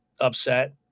upset